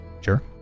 Sure